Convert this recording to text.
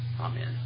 Amen